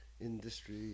industry